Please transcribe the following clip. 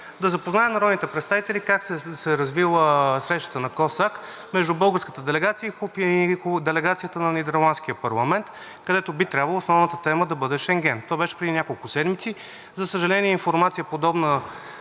да запознае народните представители как се е развила срещата на КОСАК между българската делегация и делегацията на Нидерландския парламент, където би трябвало основната тема да бъде Шенген. Тя беше преди няколко седмици. За съжаление, подобна